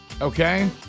okay